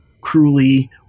cruelly